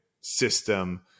system